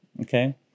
okay